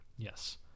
Yes